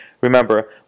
Remember